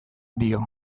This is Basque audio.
dio